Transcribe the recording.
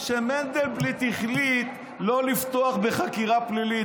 שמנדלבליט החליט לא לפתוח בחקירה פלילית.